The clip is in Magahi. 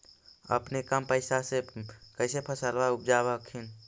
अपने कम पैसा से कैसे फसलबा उपजाब हखिन?